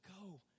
go